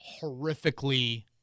horrifically